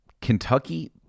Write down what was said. Kentucky